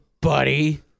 buddy